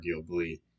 arguably